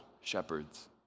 shepherds